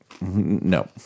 No